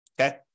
okay